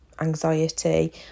anxiety